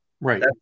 Right